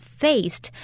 faced